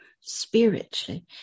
spiritually